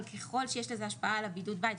אבל ככל שיש לזה השפעה על בידוד בית,